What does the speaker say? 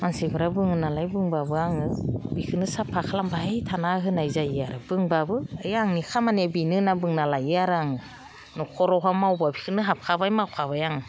मानसिफोरा बुङो नालाय बुंब्लाबो आङो बिखोनो साफा खालामबाय थाना होनाय जायो आरो बुंब्लाबो बे आंनि खामानिया बिनो होनना बुंना लायो आरो आं न'खरावहा मावब्ला बिसोरनो हाबखाबाय मावखाबाय आं